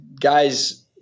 guys